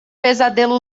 pesadelo